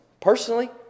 personally